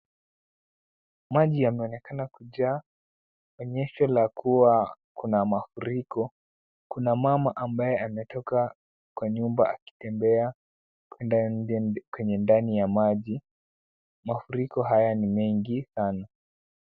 Maji yanaonekana kujaa, onyesho la kuwa kuna mafuriko. Kuna mama ambaye ametoka kwa nyumba akitembea kwenda nje kwenye ndani ya maji. Mafuriko haya ni mengi sana.